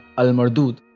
almardoot